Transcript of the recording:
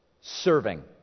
Serving